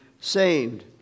saved